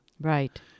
Right